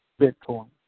Bitcoin